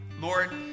Lord